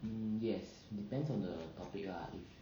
hmm yes depends on the topic lah if